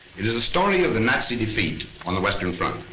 it is a story of the nazi defeat on the western front.